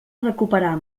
recuperar